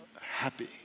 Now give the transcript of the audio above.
happy